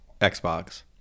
Xbox